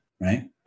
Right